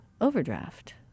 overdraft